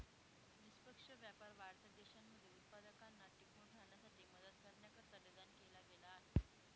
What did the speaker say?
निष्पक्ष व्यापार वाढत्या देशांमध्ये उत्पादकांना टिकून राहण्यासाठी मदत करण्याकरिता डिझाईन केला गेला आहे